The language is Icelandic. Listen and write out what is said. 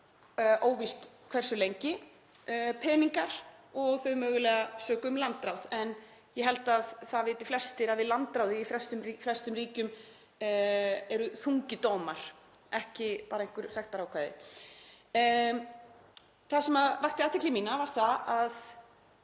óvíst hversu lengi, og peningar og þau mögulega sökuð um landráð. En ég held að það viti flestir að við landráði í flestum ríkjum liggja þungir dómar, ekki bara einhver sektarákvæði. Það sem vakti athygli mína var það að